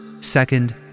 second